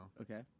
Okay